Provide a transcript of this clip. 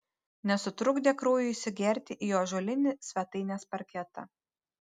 nesutrukdė kraujui įsigerti į ąžuolinį svetainės parketą